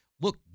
Look